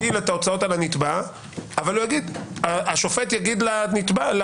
להטיל את ההוצאות על הנתבע אבל השופט יגיד לנפגעת